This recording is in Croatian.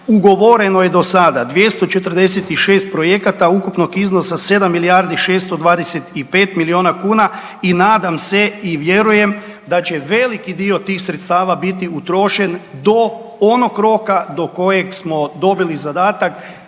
Ugovoreno je do sada 246 projekata ukupnog iznosa 7 milijardi 625 milijuna kuna i nadam se i vjerujem da će veliki dio tih sredstava biti utrošen do onog roka do kojeg smo dobili zadatak